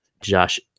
Josh